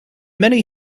many